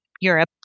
Europe